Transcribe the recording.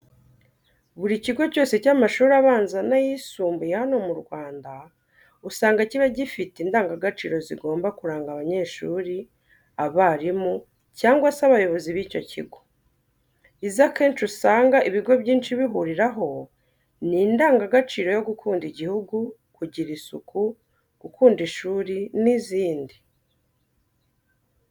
Buri kigo cyose cy'amashuri abanza n'ayisumbuye hano mu Rwanga usanga kiba gifite indangagaciro zigomba kuranga abanyeshuri, abarimu cyangwa se abayobozi b'icyo kigo. Izo akenshi usanga ibigo byinshi bihuriraho ni indangagaciro yo gukunda Igihugu, kugira isuku, gukunda ishuri n'izindi.